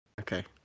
Okay